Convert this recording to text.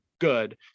good